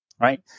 right